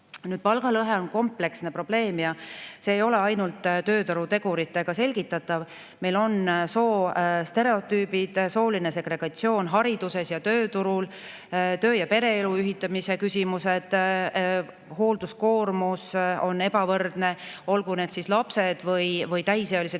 Palgalõhe on kompleksne probleem ja see ei ole ainult tööturuteguritega selgitatav. Meil on soostereotüübid, sooline segregatsioon hariduses ja tööturul ning töö ja pereelu ühitamise küsimused. Hoolduskoormus on ebavõrdne, olgu need siis lapsed või täisealised